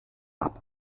app